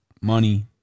money